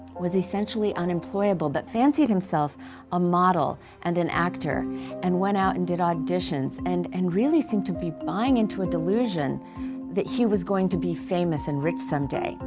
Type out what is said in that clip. was essentially unemployable, but fancied himself a model and an actor and went out and did auditions and and really seemed to be buying into a delusion that he was going to be famous and rich someday.